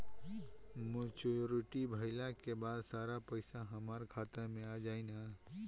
Maturity भईला के बाद सारा पईसा हमार खाता मे आ जाई न?